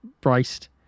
braced